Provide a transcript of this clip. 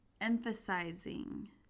emphasizing